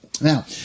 now